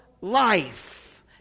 life